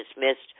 dismissed